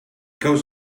goes